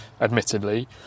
admittedly